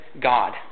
God